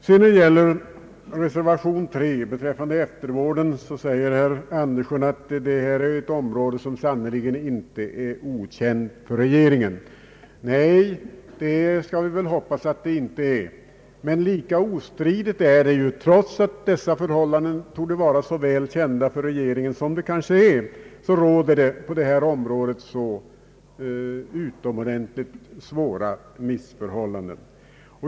När det gäller reservation nr 3 beträffande eftervården säger herr Birger Andersson, att detta är ett område som sannerligen inte är okänt för regeringen. Nej, det skall vi väl hoppas att det inte är. Men trots att dessa förhållanden torde vara så väl kända för regeringen som de kanske är, är det lika ostridigt att det på detta område råder utomordentligt svåra missförhållanden.